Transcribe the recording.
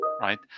right